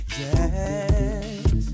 yes